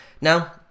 now